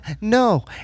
no